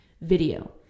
video